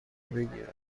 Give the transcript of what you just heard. بگیرم